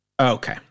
okay